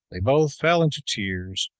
they both fell into tears,